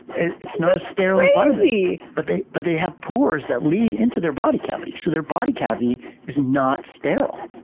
it's not a sterile ah ah environment, but they but they have pores that lead into their body cavity, so their body cavity is not sterile.